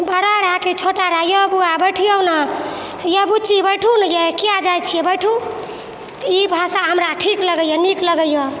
बड़ा रहै कि छोटा रहै यौ बौआ बैठियौ ने यै बुच्ची बैठु न यै किए जाइ छी बैठु ई भाषा हमरा ठीक लगैयै नीक लागैया